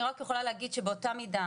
אני רק יכולה להגיד שבאותה המידה,